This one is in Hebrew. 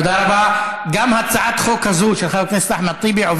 של חבר הכנסת אחמד טיבי.